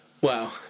Wow